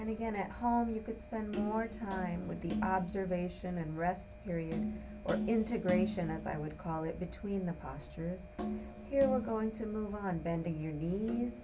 then again at home you could spend more time with the observation and rest period in an integration as i would call it between the postures here we're going to move on bending your knees